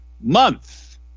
month